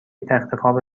تختخواب